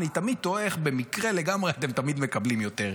אני תוהה איך במקרה לגמרי אתם תמיד מקבלים יותר.